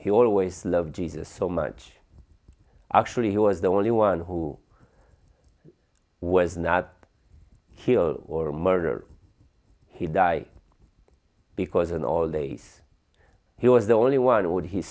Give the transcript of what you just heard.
he always loved jesus so much actually he was the only one who was not kill or murder he die because in all days he was the only one w